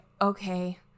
okay